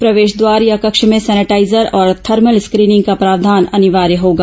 प्रवेश द्वार या कक्ष में सैनिटाइजर और थर्मल स्क्रीनिंग का प्रावधान अनिवार्य होगा